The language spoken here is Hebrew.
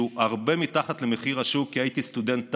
הרבה מתחת למחיר השוק כי הייתי סטודנט תפרן.